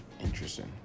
Interesting